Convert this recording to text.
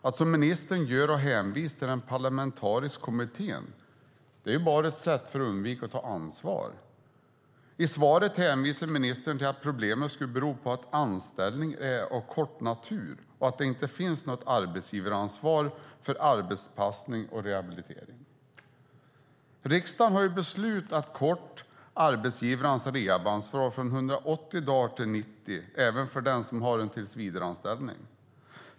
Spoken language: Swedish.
Att som ministern gör och hänvisa till den parlamentariska kommittén är bara ett sätt att undvika att ta ansvar. I svaret hänvisar ministern till att problemet skulle bero på att anställningen är av kort natur och att det inte finns något arbetsgivaransvar för arbetsanpassning och rehabilitering. Riksdagen har beslutat att korta arbetsgivarnas rehabansvar från 180 dagar till 90 även för den som har en tillsvidareanställning.